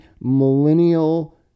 millennial